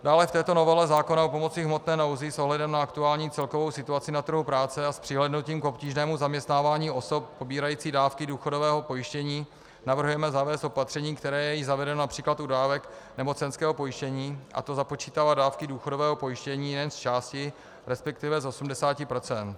Dále v této novele zákona o pomoci v hmotné nouzi s ohledem na aktuální celkovou situaci na trhu práce a s přihlédnutím k obtížnému zaměstnávání osob pobírajících dávky důchodového pojištění navrhujeme zavést opatření, které je již zavedeno například u dávek nemocenského pojištění, a to započítávat dávky důchodového pojištění jen zčásti, respektive z 80 %.